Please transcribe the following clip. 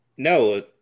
No